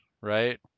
right